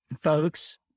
folks